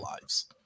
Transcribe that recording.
lives